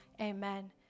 amen